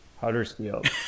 Huddersfield